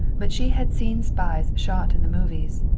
but she had seen spies shot in the movies.